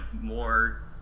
more